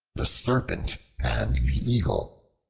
the serpent and the eagle